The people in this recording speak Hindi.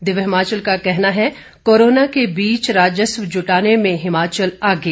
दिव्य हिमाचल का कहना है कोरोना के बीच राजस्व जुटाने में हिमाचल आगे